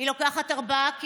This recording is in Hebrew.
והיא לוקחת ארבעה קילו.